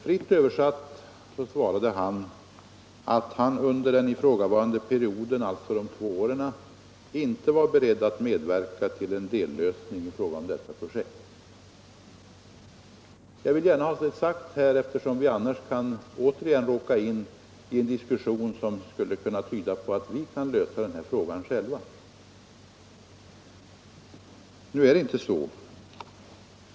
Fritt översatt svarade han, att han under den innevarande perioden — alltså de två åren — inte var beredd att medverka till en dellösning i fråga om detta projekt. Jag vill gärna säga detta här, eftersom vi annars återigen kan råka in i en diskussion, som skulle kunna tydas så att vi kan lösa denna fråga själva. Nu är det inte så.